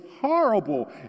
horrible